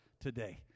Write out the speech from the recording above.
today